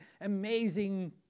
amazing